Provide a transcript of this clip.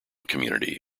community